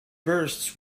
bursts